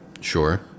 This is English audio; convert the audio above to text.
Sure